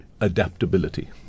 adaptability